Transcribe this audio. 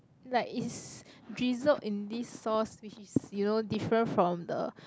like is drizzled in this sauce which is you know different from the